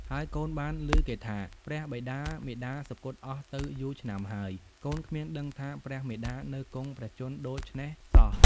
ហើយកូនបានឮគេថា ព្រះបិតាមាតាសុគតអស់ទៅយូរឆ្នាំហើយ កូនគ្មានដឹងថា ព្រះមាតានៅគង់ព្រះជន្មដូច្នេះសោះ " ។